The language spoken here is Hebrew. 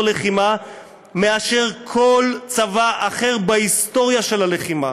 לחימה מאשר כל צבא אחר בהיסטוריה של הלחימה".